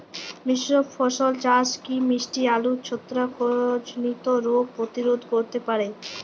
মিশ্র ফসল চাষ কি মিষ্টি আলুর ছত্রাকজনিত রোগ প্রতিরোধ করতে পারে?